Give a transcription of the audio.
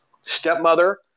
stepmother